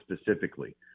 specifically –